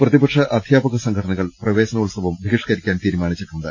പ്രതിപക്ഷ അധ്യാപക സംഘടനകൾ പ്രവേശനോത്സവം ബഹി ഷ്കരിക്കാൻ തീരുമാനിച്ചിട്ടുണ്ട്